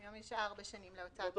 היום יש ארבע שנים להוצאת שומה.